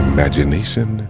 Imagination